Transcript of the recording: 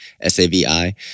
S-A-V-I